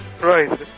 Right